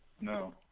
No